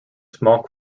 small